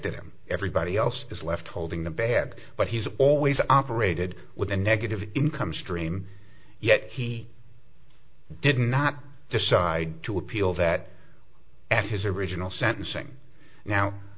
victim everybody else is left holding the bag but he's always operated with a negative income stream yet he did not decide to appeal that at his original sentencing